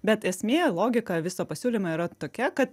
bet esmė logika viso pasiūlymo yra tokia kad